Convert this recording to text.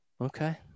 Okay